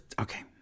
Okay